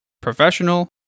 professional